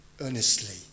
earnestly